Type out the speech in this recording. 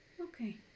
Okay